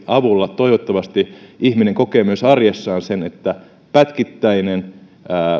avulla ihminen kokee myös arjessaan sen että pätkittäinen